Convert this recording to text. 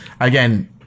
again